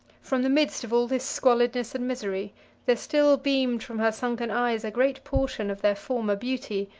from the midst of all this squalidness and misery there still beamed from her sunken eyes a great portion of their former beauty,